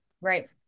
right